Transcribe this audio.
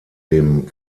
dem